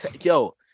Yo